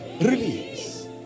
Release